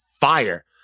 fire